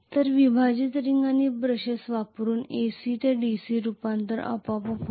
तर विभाजित रिंग आणि ब्रशेस वापरुन AC ते DC रूपांतरण आपोआप होते